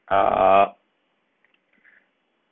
uh